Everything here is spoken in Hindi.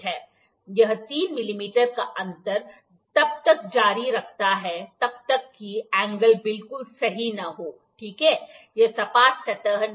यह 3 मिमी का अंतर तब तक जारी रखता है जब तक कि एंगल बिल्कुल सही न हो ठीक है यह सपाट सतह नहीं है